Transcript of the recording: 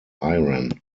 iran